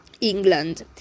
England